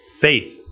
Faith